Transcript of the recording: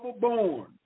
born